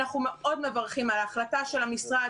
אנחנו מאוד מברכים על ההחלטה של המשרד